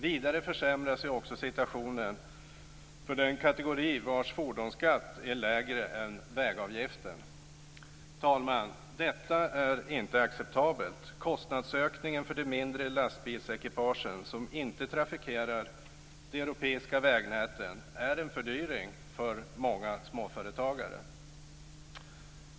Vidare försämras situationen för den kategori vars fordonsskatt är lägre än vägavgiften. Fru talman! Detta är inte acceptabelt. Kostnadsökningen för de mindre lastbilsekipagen, som inte trafikerar de europeiska vägnäten, innebär en fördyring för många småföretagare.